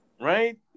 Right